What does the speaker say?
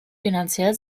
finanziell